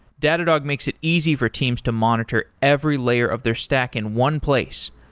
datadog makes it easy for teams to monitor every layer of their stack in one place.